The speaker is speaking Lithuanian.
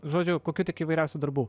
žodžiu kokių tik įvairiausių darbų